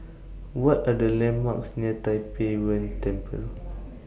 What Are The landmarks near Tai Pei Yuen Temple